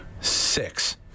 Six